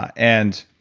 and,